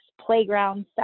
playground